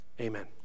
Amen